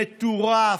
מטורף,